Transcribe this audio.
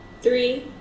three